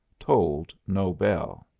tolled no bell.